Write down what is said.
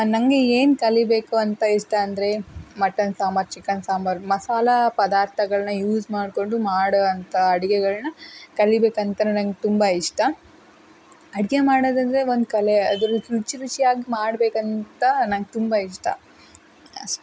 ನನಗೆ ಏನು ಕಲಿಬೇಕು ಅಂತ ಇಷ್ಟ ಅಂದರೆ ಮಟನ್ ಸಾಂಬಾರು ಚಿಕನ್ ಸಾಂಬಾರು ಮಸಾಲ ಪದಾರ್ಥಗಳನ್ನು ಯೂಸ್ ಮಾಡಿಕೊಂಡು ಮಾಡೊವಂಥ ಅಡುಗೆಗಳನ್ನು ಕಲಿಬೇಕಂತಲೂ ನನಗ್ ತುಂಬ ಇಷ್ಟ ಅಡುಗೆ ಮಾಡೋದಂದರೆ ಒಂದು ಕಲೆ ಅದರ ರುಚಿರುಚಿಯಾಗಿ ಮಾಡಬೇಕಂತ ನನಗ್ ತುಂಬ ಇಷ್ಟ ಅಷ್ಟೇ